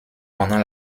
pendant